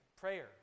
prayer